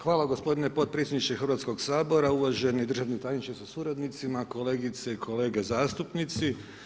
Hvala gospodine podpredsjedniče Hrvatskog sabora, uvaženi državni tajniče sa suradnicima, kolegice i kolege zastupnici.